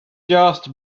just